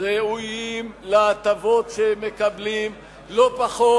ראויים להטבות שהם מקבלים לא פחות,